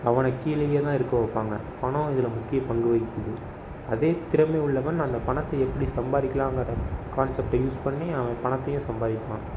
அவனை கீழேயே தான் இருக்க வைப்பாங்க பணம் இதில் முக்கிய பங்கு வகிக்குது அதே திறமை உள்ளவன் அந்த பணத்தை எப்படி சம்பாரிக்கலாங்கிற கான்செப்ட யூஸ் பண்ணி அவன் பணத்தையும் சம்பாதிப்பான்